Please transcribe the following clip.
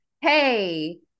hey